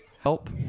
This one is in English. help